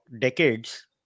decades